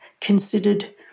considered